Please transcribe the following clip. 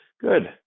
Good